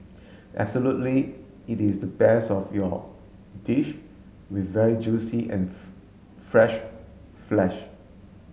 absolutely it is the best of your dish with very juicy and fresh flesh